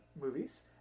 movies